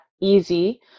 easy